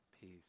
peace